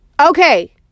Okay